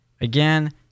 Again